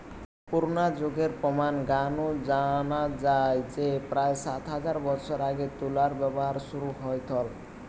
পুরনা যুগের প্রমান গা নু জানা যায় যে প্রায় সাত হাজার বছর আগে তুলার ব্যবহার শুরু হইথল